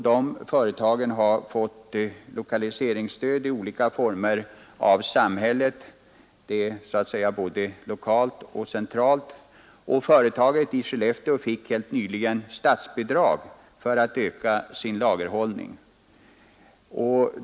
De har fått lokaliseringsstöd i olika former av samhället, både lokalt och centralt. Företaget i Skellefteå fick helt Nr 62 nyligen statsbidrag för att öka sin lagerhållning.